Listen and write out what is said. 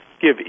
give